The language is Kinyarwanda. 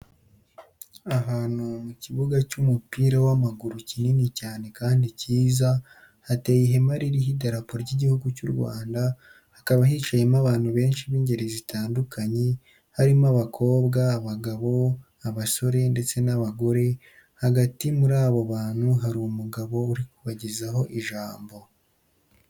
Ahantu mu kibuga cy'umupira w'amaguru kinini cyane kandi cyiza, hateye ihema ririho idarapo ry'Igihugu cy'u Rwanda, hakaba hicayemo abantu benshi b'ingeri zitandukanye, harimo abakobwa, abagabo, abasore, ndetse n'abagore, hagati muri aba bantu hari umugabo uri kubagezaho ijambo.